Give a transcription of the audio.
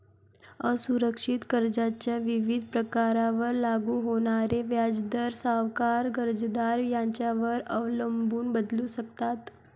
असुरक्षित कर्जाच्या विविध प्रकारांवर लागू होणारे व्याजदर सावकार, कर्जदार यांच्यावर अवलंबून बदलू शकतात